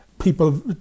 people